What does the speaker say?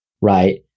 right